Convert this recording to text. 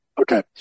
Okay